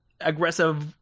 aggressive